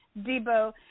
Debo